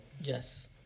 Yes